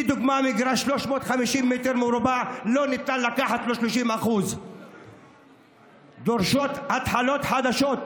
לדוגמה: במגרש של 350 מטר רבוע לא ניתן לקחת 30%. דרושות התחלות חדשות,